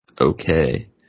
okay